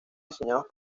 diseñados